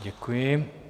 Děkuji.